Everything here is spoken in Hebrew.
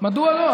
מדוע לא?